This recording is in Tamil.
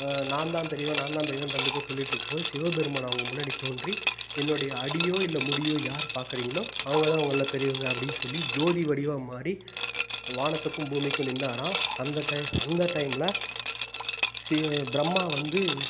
நாந்தான் பெரியவன் நாந்தான் பெரியவன் ரெண்டு பேரும் சொல்லிட்டு இருக்கும்போது சிவபெருமான் அவங்க முன்னாடி தோன்றி என்னோடய அடியோ இல்லை முடியோ யார் பார்க்குறிங்களோ அவங்க தான் உங்கள்ல பெரியவங்க அப்படின்னு சொல்லி ஜோதி வடிவம் மாறி வானத்துக்கும் பூமிக்கு நின்னாறாம் அந்த டைம் அந்த டைம்ல சீ பிரம்மா வந்து